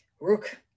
Rook